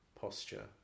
posture